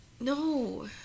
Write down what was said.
No